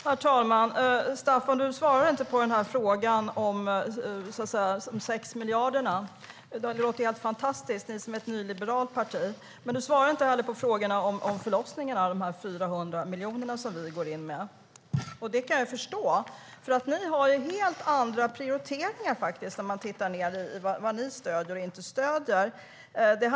Herr talman! Staffan Danielsson svarade inte på frågan om de 6 miljarderna. Det låter ju helt fantastiskt, ni som är ett nyliberalt parti! Du svarade inte heller på frågan om förlossningarna och de 400 miljonerna som vi går in med. Och det kan jag förstå, för ni har helt andra prioriteringar när det gäller vad ni stöder och inte stöder.